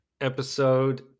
episode